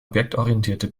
objektorientierte